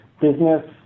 business